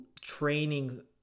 training